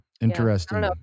interesting